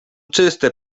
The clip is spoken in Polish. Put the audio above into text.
czyste